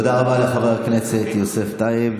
תודה רבה לחבר הכנסת יוסף טייב.